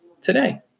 today